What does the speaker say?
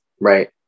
right